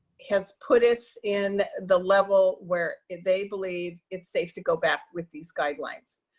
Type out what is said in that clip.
has put us in the level where they believe it's safe to go back with these guidelines.